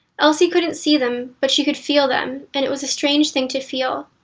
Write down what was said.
elsie couldn't see them, but she could feel them, and it was a strange thing to feel.